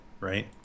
right